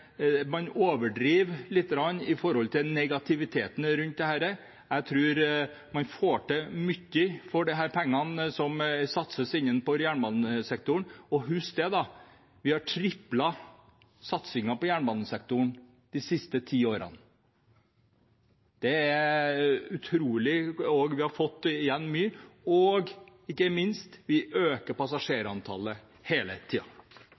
man overdriver litt negativiteten rundt dette. Jeg tror man får til mye for disse pengene som satses innenfor jernbanesektoren. Og husk at vi har triplet satsingen på jernbanesektoren de siste ti årene. Det er utrolig. Vi har fått igjen mye, og ikke minst øker passasjerantallet hele